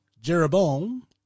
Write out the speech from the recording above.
Jeroboam